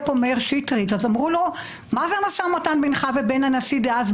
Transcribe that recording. שומרת סף שעומדת איתן אל מול ניסיונות של ממשלה,